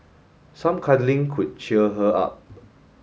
some cuddling could cheer her up